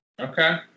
Okay